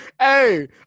Hey